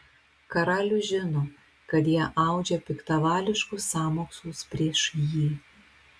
karalius žino kad jie audžia piktavališkus sąmokslus prieš jį